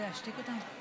להשתיק אותם?